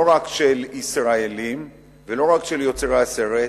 לא רק של ישראלים ולא רק של יוצרי הסרט,